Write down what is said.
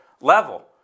level